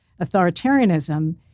authoritarianism